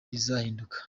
bizahinduka